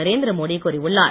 நரேந்திர மோடி கூறியுள்ளார்